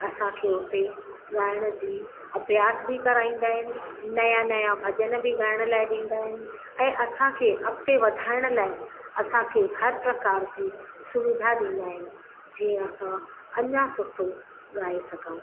असांखे हुते ॻाइण जी अभ्यास बि कराईंदा आहिनि नया नया भॼन बि ॻाइण लाइ ॾींदा आहिनि ऐं असांखे अॻिते वधाइण लाइ असांखे हर प्रकार जी सुविधा ॾींदा आहिनि जीअं असां अञा सुठो ॻाए सघूं